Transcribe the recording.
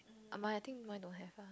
mine I think mine don't have ah